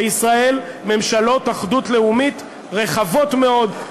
בישראל ממשלות אחדות לאומית רחבות מאוד,